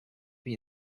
wie